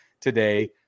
today